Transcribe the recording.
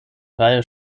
reihe